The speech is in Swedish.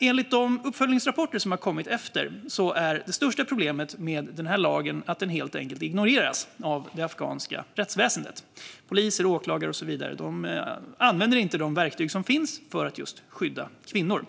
Enligt de uppföljningsrapporter som har kommit är det största problemet med den här lagen att den helt enkelt ignoreras av det afghanska rättsväsendet. Poliser, åklagare och så vidare använder inte de verktyg som finns för att skydda kvinnor.